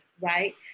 right